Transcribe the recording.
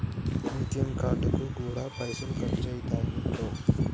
ATM కార్డుకు గూడా పైసలు ఖర్చయితయటరో